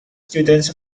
students